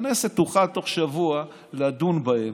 והכנסת תוכל תוך שבוע לדון בהן,